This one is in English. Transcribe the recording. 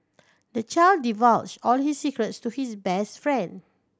the child divulged all his secrets to his best friend